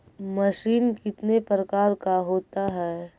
Machine कितने प्रकार का होता है?